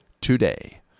today